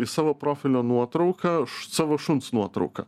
į savo profilio nuotrauką savo šuns nuotrauką